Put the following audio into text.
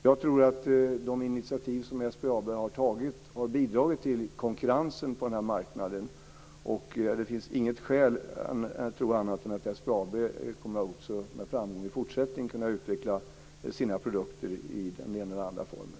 Jag tror att de initiativ som SBAB tagit har bidragit till konkurrensen på den här marknaden. Det finns inget skäl att tro annat än att SBAB också i fortsättningen med framgång kommer att kunna utveckla sina produkter i den ena eller den andra formen.